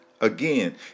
again